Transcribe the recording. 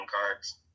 cards